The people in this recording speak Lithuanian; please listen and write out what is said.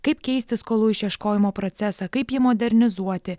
kaip keisti skolų išieškojimo procesą kaip jį modernizuoti